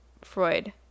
Freud